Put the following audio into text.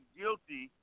guilty